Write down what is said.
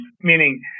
meaning